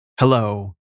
Hello